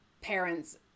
parents